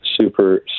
Super